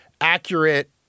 accurate